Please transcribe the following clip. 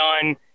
done